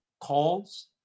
calls